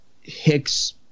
Hicks